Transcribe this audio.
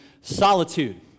Solitude